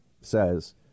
says